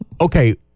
Okay